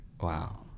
Wow